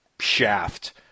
shaft